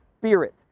spirit